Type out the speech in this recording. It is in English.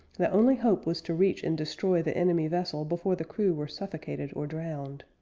the only hope was to reach and destroy the enemy vessel before the crew were suffocated or drowned.